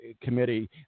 committee